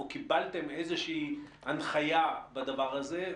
או קיבלתם איזושהי הנחיה בדבר הזה,